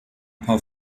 paar